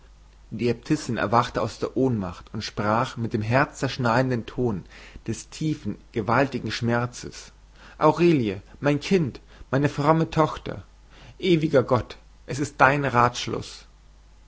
die äbtissin erwachte aus der ohnmacht und sprach mit dem herzzerschneidenden ton des tiefen gewaltigen schmerzes aurelie mein kind meine fromme tochter ewiger gott es ist dein ratschluß